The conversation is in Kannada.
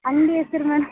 ಅಂಗಡಿ ಹೆಸ್ರ್ ಮ್ಯಾಮ್